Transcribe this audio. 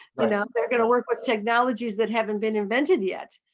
but um they're going to work with technologies that haven't been invented yet.